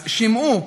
אז שמעו: